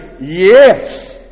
yes